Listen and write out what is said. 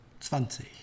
zwanzig